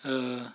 err